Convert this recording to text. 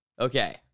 Okay